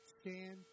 Stand